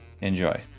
Enjoy